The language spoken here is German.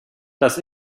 das